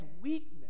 weakness